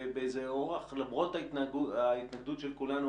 למרות ההתנגדות של כולנו,